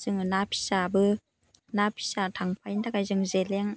जोङो ना फिसाबो ना फिसा थांफायैनि थाखाय जों जेलें